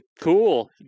Cool